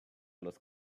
los